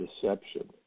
deception